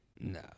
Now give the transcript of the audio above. No